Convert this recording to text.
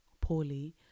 poorly